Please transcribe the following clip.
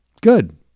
good